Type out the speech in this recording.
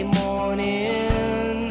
morning